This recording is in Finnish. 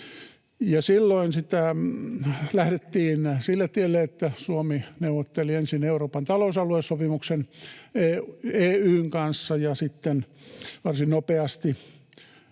Silloin lähdettiin sille tielle, että Suomi neuvotteli ensin Euroopan talousalueen sopimuksen EY:n kanssa ja sitten varsin nopeasti